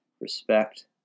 respect